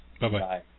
Bye-bye